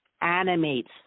animates